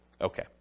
Okay